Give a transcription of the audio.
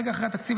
רגע אחרי התקציב,